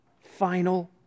final